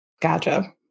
Gotcha